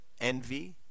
envy